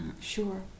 Sure